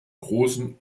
großen